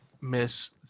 miss